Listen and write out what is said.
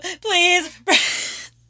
Please